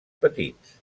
petits